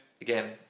again